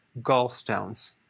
gallstones